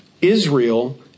Israel